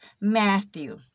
Matthew